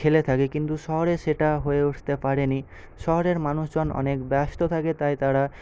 খেলে থাকে কিন্তু শহরে সেটা হয়ে উঠতে পারেনি শহরের মানুষজন অনেক ব্যস্ত থাকে তাই তারা